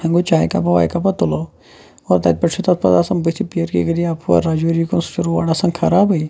وۄنۍ گوٚو چاے کَپہ واے کَپہ تُلو اور تتہ پیٚٹھٕ چھُ پتہ تتھ آسان پیٖر کی گلی اپور راجوری کُن سُہ چھُ روڑ آسان خرابے